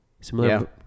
similar